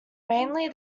mainly